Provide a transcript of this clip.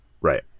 right